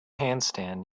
handstand